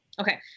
Okay